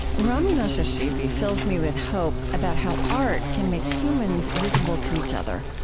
rami nashashibi fills me with hope about how art can make humans visible to each other.